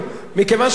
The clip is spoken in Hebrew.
לצורך העניין,